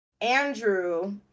Andrew